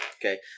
Okay